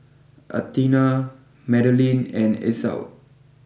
Athena Madalynn and Esau